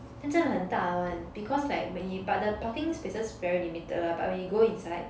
then 真的很大 [one] because like when you but the parking spaces very limited lah but when you go inside